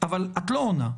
אבל את לא עונה.